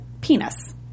penis